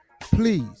please